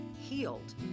healed